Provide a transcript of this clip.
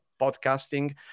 podcasting